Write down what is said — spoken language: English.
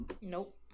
Nope